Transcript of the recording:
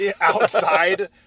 Outside